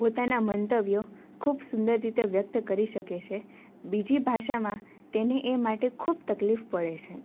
પોતાનાં મંતવ્યો ખૂબ સુંદર રીતે વ્યક્ત કરી શકે છે બીજી ભાષામાં તેને એ માટે ખૂબ તકલીફ પડે છે